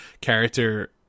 character